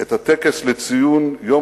את הטקס לציון יום